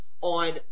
on